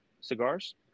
cigars